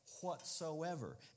whatsoever